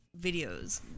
videos